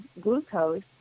glucose